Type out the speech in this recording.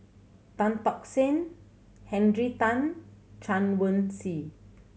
Tan Tock San Henry Tan Chen Wen Hsi